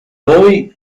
poi